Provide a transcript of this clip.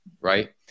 right